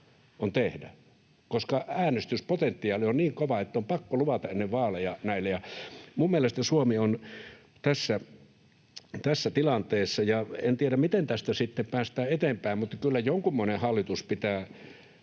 koska äänestyspotentiaali on niin kova, että on pakko luvata ennen vaaleja näille. Mielestäni Suomi on tässä tilanteessa, ja en tiedä, miten tästä sitten päästään eteenpäin, mutta kyllä jonkunmoinen hallitus pitää